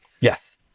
Yes